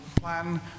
plan